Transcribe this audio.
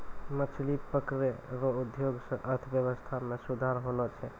मछली पकड़ै रो उद्योग से अर्थव्यबस्था मे सुधार होलो छै